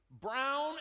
brown